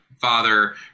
father